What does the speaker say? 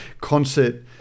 concert